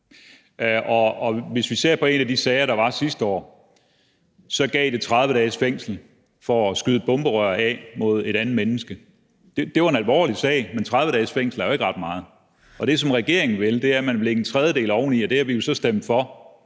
Og hvis vi ser på en af de sager, der var sidste år, så gav det 30 dages fængsel at skyde et bomberør af mod et andet menneske. Det var en alvorlig sag, men 30 dages fængsel er jo ikke ret meget. Det, som regeringen vil, er at lægge en tredjedel oveni, og det har vi jo så stemt for